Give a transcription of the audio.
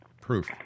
proof